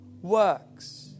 works